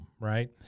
Right